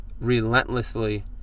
relentlessly